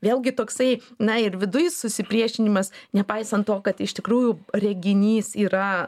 vėlgi toksai na ir viduj susipriešinimas nepaisant to kad iš tikrųjų reginys yra